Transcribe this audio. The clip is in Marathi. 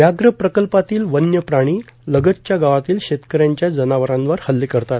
व्याघ्र प्रकल्पातील वन्यप्राणी लगतच्या गावातील शेतकऱ्यांच्या जनावरांवर हल्ले करतात